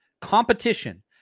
competition